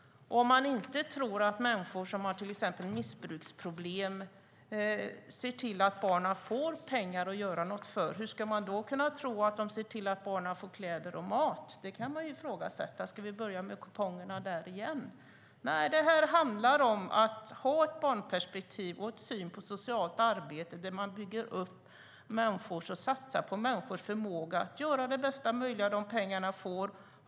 Om man inte tror att människor som till exempel har missbruksproblem ser till att barnen får pengar att göra något för, hur ska man då kunna tro att de ser till att barnen får kläder och mat? Det kan man fråga sig. Ska vi börja med kuponger där igen? Nej, det här handlar om att ha ett barnperspektiv och en syn på socialt arbete där man bygger upp och satsar på människors förmåga att göra det bästa möjliga av de pengar de får.